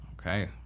Okay